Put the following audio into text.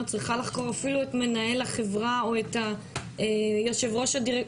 צריכה לחקור אפילו את מנהל החברה או את יושב-ראש הדירקטוריון?